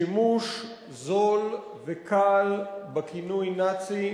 שימוש זול וקל בכינוי "נאצי"